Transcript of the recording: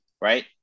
Right